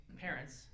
parents